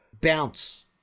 bounce